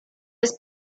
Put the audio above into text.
his